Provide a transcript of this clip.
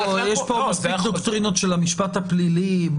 יש פה מספיק דוקטרינות של המשפט הפלילי,